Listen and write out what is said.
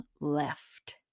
left